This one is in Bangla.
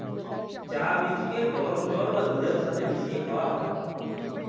চাঁ বীজকে গরম জল বা দুহুদের ছাথে মিশাঁয় খাউয়া হ্যয়